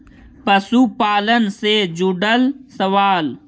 पशुपालन से जुड़ल सवाल?